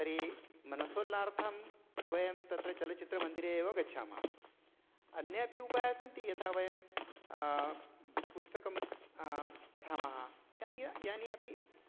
तर्हि मानसोल्लासार्थं वयं तत्र चलच्चित्रमन्दिरे एव गच्छामः अन्येपि उपयाः सन्ति यथा वयं पुस्तकं पठामः यानि यानि अपि